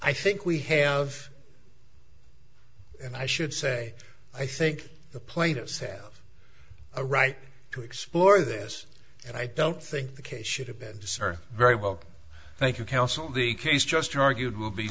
i think we have and i should say i think the plaintiffs have a right to explore this and i don't think the case should have been sir very well thank you counsel the case just argued will be